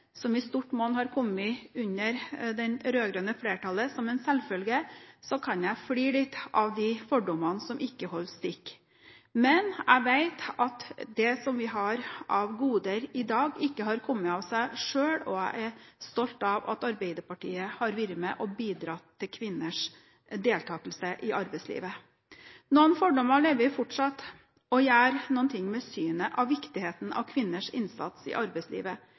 som i stort monn har kommet under det rød-grønne flertallet – som en selvfølge, kan jeg flire litt av de fordommene som ikke holdt stikk. Men jeg vet at det som vi har av goder i dag, ikke har kommet av seg selv, og jeg er stolt av at Arbeiderpartiet har vært med og bidratt til kvinners deltakelse i arbeidslivet. Noen fordommer lever fortsatt og gjør noe med synet på viktigheten av kvinners innsats i arbeidslivet.